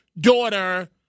daughter